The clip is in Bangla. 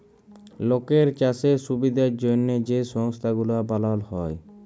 লকের চাষের সুবিধার জ্যনহে যে সংস্থা গুলা বালাল হ্যয়